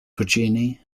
puccini